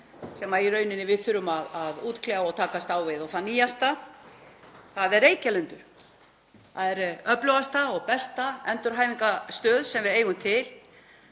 sem við þurfum að útkljá og takast á við og sú nýjasta er Reykjalundur. Það er öflugasta og besta endurhæfingarstöð sem við eigum.